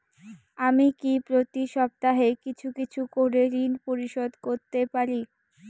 আমি কি প্রতি সপ্তাহে কিছু কিছু করে ঋন পরিশোধ করতে পারি?